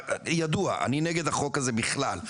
ידוע אני נגד החוק הזה בכלל,